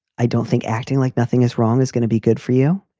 i don't think acting like nothing is wrong is going to be good for you.